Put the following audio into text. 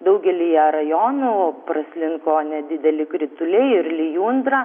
daugelyje rajonų praslinko nedideli krituliai ir lijundra